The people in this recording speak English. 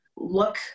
look